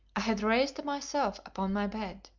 i had raised myself upon my bed,